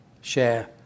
share